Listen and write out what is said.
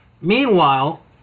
Meanwhile